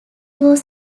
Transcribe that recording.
was